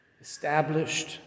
established